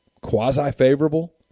quasi-favorable